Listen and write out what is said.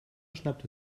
schnappte